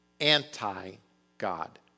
anti-God